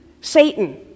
Satan